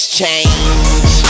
change